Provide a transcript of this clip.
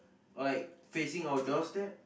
or like facing our doorsteps